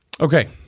Okay